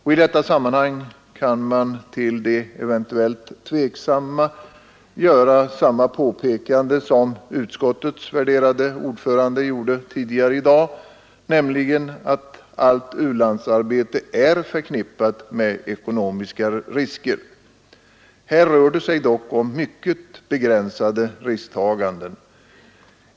I detta sammanhang kan man till de eventuellt tveksamma göra samma påpekande som utskottets värderade ordförande gjorde tidigare i dag, nämligen att allt u-landsarbete är förknippat med ekonomiska risker. Här rör det sig dock om mycket begränsade risktaganden.